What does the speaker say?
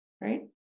right